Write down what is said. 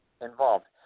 involved